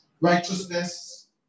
Righteousness